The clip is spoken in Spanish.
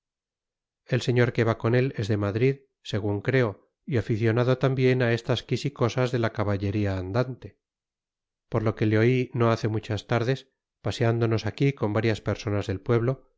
el señor que va con él es de madrid según creo y aficionado también a estas quisicosas de la caballería andante por lo que le oí no hace muchas tardes paseándonos aquí con varias personas del pueblo